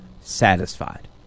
satisfied